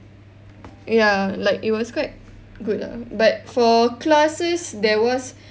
ya like it was quite good lah but for classes there was